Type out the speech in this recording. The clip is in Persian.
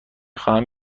خواهم